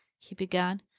he began,